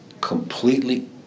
completely